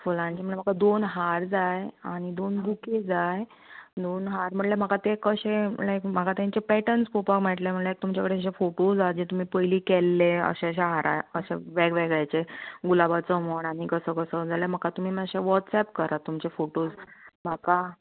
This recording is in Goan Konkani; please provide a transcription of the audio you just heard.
फुलांनी म्हळ्यार म्हाका दोन हार जाय आनी दोन बुके जाय दोन हार म्हळ्यार म्हाका ते कशे लायक म्हाका तेंचे पेटर्न्स पोवपा मेयटले म्हळ्यार तुमचे कडेन अशे फोटोज आसा जे तुमी पयलीं केल्ले अशे अशे हारा अशे वेगवेगळ्याचे अशे गुलाबाचो म्हण आनी कसो कसो जाल्यार म्हाका तुमी मातशे वॉट्सएप करा तुमचे फोटोज